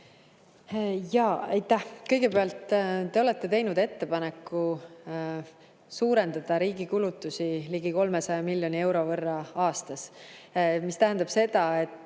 palun! Aitäh! Kõigepealt, te olete teinud ettepaneku suurendada riigi kulutusi ligi 300 miljoni euro võrra aastas. See tähendab seda, et